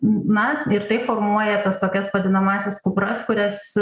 na ir tai formuoja tas tokias vadinamąsias kupras kurias